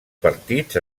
partits